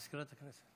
הודעה למזכירת הכנסת.